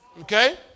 Okay